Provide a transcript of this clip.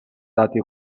dati